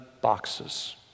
boxes